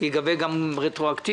ייגבה גם רטרואקטיבית